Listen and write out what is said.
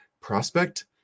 prospect